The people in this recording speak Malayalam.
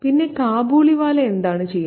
പിന്നെ കാബൂളിവാല എന്താണ് ചെയ്യുന്നത്